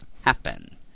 happen